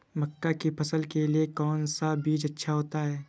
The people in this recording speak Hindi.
मक्का की फसल के लिए कौन सा बीज अच्छा होता है?